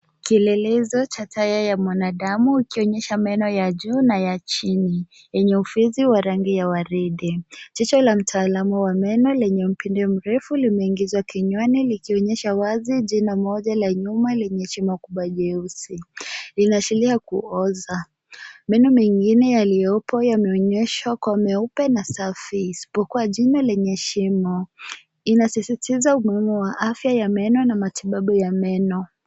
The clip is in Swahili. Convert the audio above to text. Kielelezo cha ya mwanadamu chaonyesha meno ya juu na ya chini yenye ufizi wa rangi ya waridi. Jicho la mtaalamu wa meno lenye upindo mrefu limeingizwa kinywani likionyesha wazi jino moja la nyuma lenye shimo kubwa jeusi, linaashiria kuoza. Meno mengine yaliyopo yameonyeshwa kua meupe na safi isipokua jino lenye shimo. Inasisitiza umuhimu wa afya ya meno na matibabu ya meno.